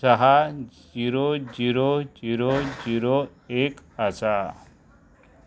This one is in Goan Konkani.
सहा झिरो झिरो झिरो झिरो एक आसा